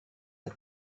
had